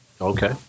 Okay